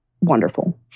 wonderful